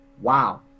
Wow